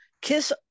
Kiss